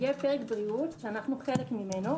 יהיה פרק בריאות שאנחנו חלק ממנו.